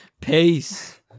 Peace